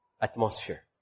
atmosphere